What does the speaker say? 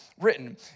written